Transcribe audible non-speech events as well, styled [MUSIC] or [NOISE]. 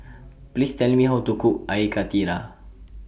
[NOISE] Please Tell Me How to Cook Air Karthira